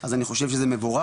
אז אני חושב שזה מבורך,